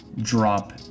drop